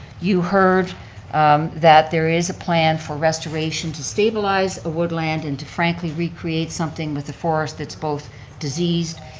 you heard that there is a plan for restoration to stabilize a woodland and to frankly recreate something with a forest that's both diseased,